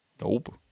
Nope